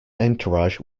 entourage